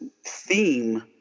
theme